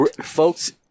Folks